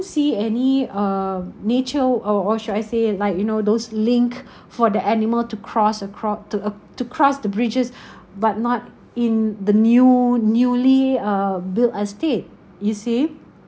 see any uh nature or or should I say like you know those link for the animal to cross a cro~ to a to cross the bridges but not in the new newly uh built estate you see